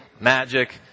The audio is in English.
Magic